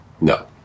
No